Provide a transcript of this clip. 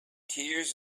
tears